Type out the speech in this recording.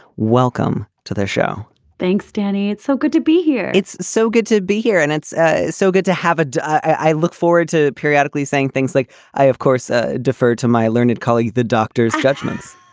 welcome to the show thanks. danny it's so good to be here it's so good to be here and it's so good to have ah it. i look forward to periodically saying things like i of course ah defer to my learned colleagues the doctors judgments